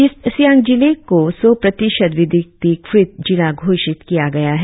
east Siang जिले को सौ प्रतिशत विद्युतीकृत जिला घोषित किया गया है